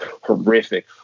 horrific